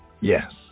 Yes